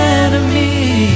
enemy